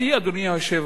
אדוני היושב-ראש,